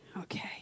Okay